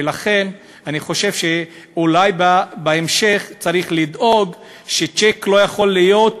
ולכן אני חושב שאולי בהמשך צריך לדאוג שצ'ק לא יכול להיות